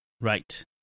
right